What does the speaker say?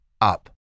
up